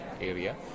area